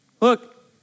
Look